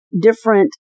different